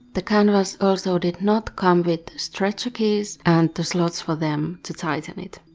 the canvas also did not come with stretcher keys and the slots for them to tighten it.